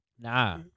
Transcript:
Nah